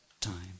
time